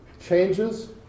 changes